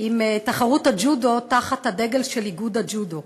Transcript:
בתחרות הג'ודו תחת הדגל של איגוד הג'ודו?